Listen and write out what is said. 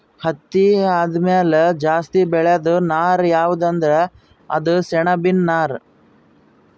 ಹತ್ತಿ ಆದಮ್ಯಾಲ ಜಾಸ್ತಿ ಬೆಳೇದು ನಾರ್ ಯಾವ್ದ್ ಅಂದ್ರ ಅದು ಸೆಣಬಿನ್ ನಾರ್